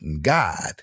God